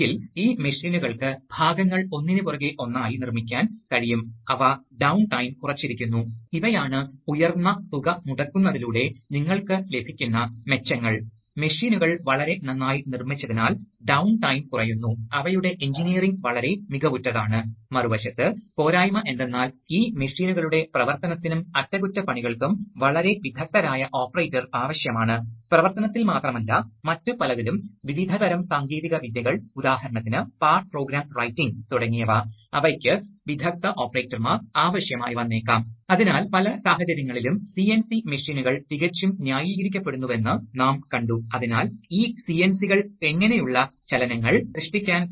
അതിനാൽ മറുവശത്ത് വാൽവ് നീങ്ങുമ്പോൾ അത് പ്രധാന വാൽവിന് മാറുന്നതിന് ആവശ്യമായ ശക്തി നൽകണം അതിനാൽ രണ്ട് കാര്യങ്ങളുണ്ട് അതിനാൽ വൈദ്യുതി നൽകുന്നതിന് ഒരു ഇലക്ട്രോ മെക്കാനിക്കൽ ആക്ചൂവേറ്റ്റ്ററുകൾ നിർമിക്കണം ഇത് വിവിധ രീതികളിൽ ചെയ്യാം ഉദാഹരണത്തിന് ഇത് നേരിട്ട് സോളിനോയിഡ് നയിക്കുന്ന വാൽവാകാം ചില വൈദ്യുതധാരകൾ ഒരു കോയിലിലേക്ക് നയിക്കപ്പെടുന്നു ഇത് ഈ സ്പൂളിനെ വലിക്കുന്നു